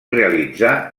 realitzar